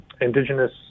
Indigenous